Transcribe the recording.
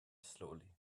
slowly